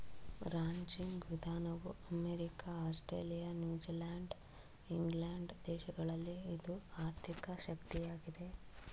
ranching ವಿಧಾನವು America, Australia, New Zealand England ದೇಶಗಳಲ್ಲಿ ಇದು ಆರ್ಥಿಕ ಶಕ್ತಿಯಾಗಿದೆ